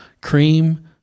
cream